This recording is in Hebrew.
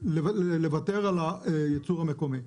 לוותר על הייצור המקומי.